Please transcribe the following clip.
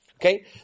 Okay